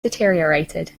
deteriorated